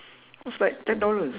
was like ten dollars